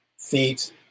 feet